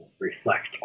reflect